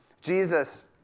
Jesus